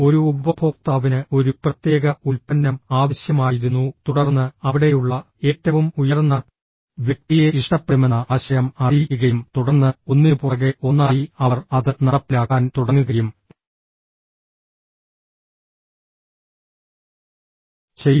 ഒരു ഉപഭോക്താവിന് ഒരു പ്രത്യേക ഉൽപ്പന്നം ആവശ്യമായിരുന്നു തുടർന്ന് അവിടെയുള്ള ഏറ്റവും ഉയർന്ന വ്യക്തിയെ ഇഷ്ടപ്പെടുമെന്ന ആശയം അറിയിക്കുകയും തുടർന്ന് ഒന്നിനുപുറകെ ഒന്നായി അവർ അത് നടപ്പിലാക്കാൻ തുടങ്ങുകയും ചെയ്തു